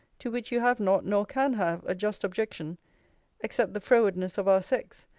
to which you have not, nor can have, a just objection except the frowardness of our sex,